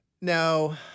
No